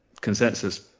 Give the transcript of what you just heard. consensus